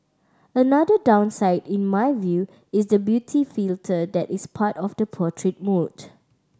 another downside in my view is the beauty filter that is part of the portrait mode